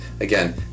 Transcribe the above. again